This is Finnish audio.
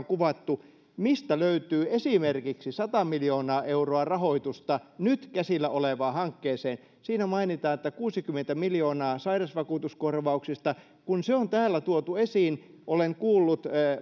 kuvattu mistä löytyy esimerkiksi sata miljoonaa euroa rahoitusta nyt käsillä olevaan hankkeeseen ja siinä mainitaan että kuusikymmentä miljoonaa löytyy sairausvakuutuskorvauksista kun se on täällä tuotu esiin olen kuullut